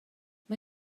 mae